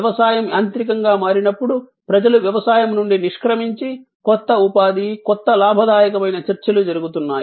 వ్యవసాయం యాంత్రికం గా మారినప్పుడు ప్రజలు వ్యవసాయం నుండి నిష్క్రమించి కొత్త ఉపాధి కొత్త లాభదాయకమైన చర్చలు జరుగుతున్నాయి